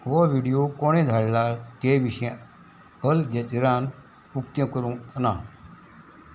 हो व्हिडियो कोणें धाडला ते विशीं अल जजिरान उकतें करूंक ना